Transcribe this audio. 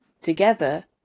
Together